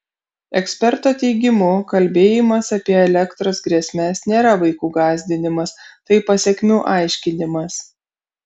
eksperto teigimu kalbėjimas apie elektros grėsmes nėra vaikų gąsdinimas tai pasekmių aiškinimas